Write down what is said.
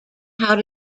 how